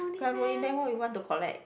karang-guni Man what would you want to collect